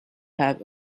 have